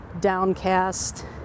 downcast